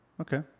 Okay